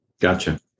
gotcha